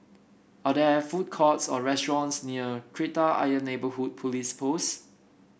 are there food courts or restaurants near Kreta Ayer Neighbourhood Police Post